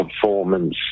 performance